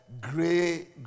gray